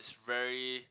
very